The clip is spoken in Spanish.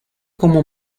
como